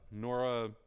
Nora